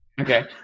Okay